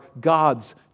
God's